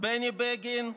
בני בגין,